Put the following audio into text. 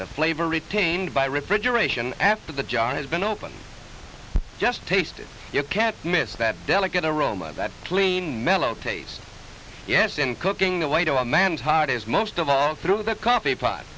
the flavor retained by refrigeration after the jar has been opened just tasted you can't miss that delicate aroma that clean mellow taste yes in cooking the way to a man's heart is most of all through the coffee pot